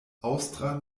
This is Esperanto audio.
aŭstra